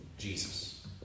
Jesus